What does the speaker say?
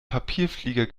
papierflieger